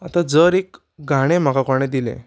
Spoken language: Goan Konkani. आतां जर एक गाणें म्हाका कोणें दिलें